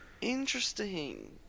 interesting